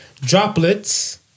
droplets